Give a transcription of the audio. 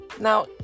Now